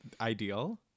ideal